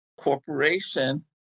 corporation